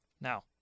Now